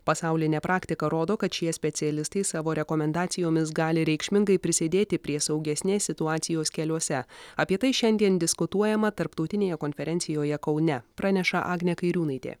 pasaulinė praktika rodo kad šie specialistai savo rekomendacijomis gali reikšmingai prisidėti prie saugesnės situacijos keliuose apie tai šiandien diskutuojama tarptautinėje konferencijoje kaune praneša agnė kairiūnaitė